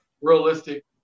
realistic